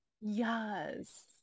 Yes